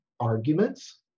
arguments